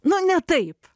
nu ne taip